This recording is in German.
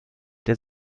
der